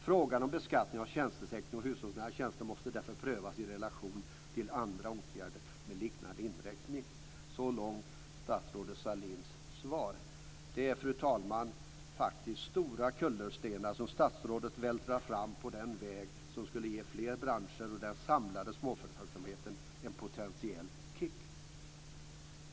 Frågan om beskattningen av tjänstesektorn och av hushållsnära tjänster måste därför prövas i relation till andra åtgärder som har en liknande inriktning." Det är, fru talman, faktiskt stora kullerstenar som statsrådet vältrar fram på den väg som skulle ge flera branscher och den samlade småföretagsamheten en potentiell kick.